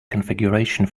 configuration